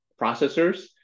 processors